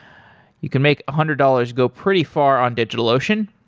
you can make a hundred dollars go pretty far on digitalocean.